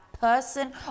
person